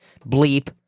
bleep